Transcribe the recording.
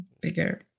bigger